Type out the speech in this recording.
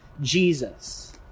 Jesus